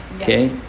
Okay